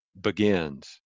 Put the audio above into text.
begins